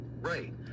right